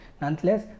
Nonetheless